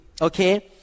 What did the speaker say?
Okay